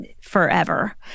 forever